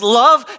love